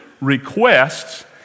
requests